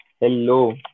hello